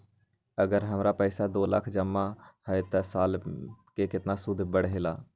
अगर हमर पैसा दो लाख जमा है त साल के सूद केतना बढेला?